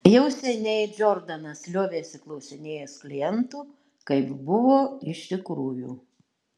jau seniai džordanas liovėsi klausinėjęs klientų kaip buvo iš tikrųjų